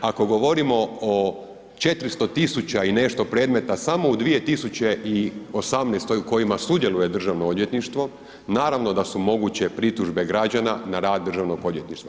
Ako govorimo o 400 000 i nešto predmeta samo u 2018. u kojima sudjeluje Državno odvjetništvo, naravno da su moguće pritužbe građana na rad Državnog odvjetništva.